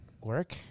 work